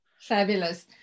Fabulous